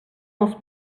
els